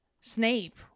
Snape